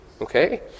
Okay